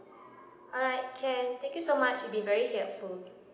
alright can thank you so much you've been very helpful